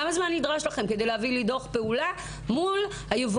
כמה זמן נדרש לכם כדי להביא לי דוח פעולה מול היבואנים,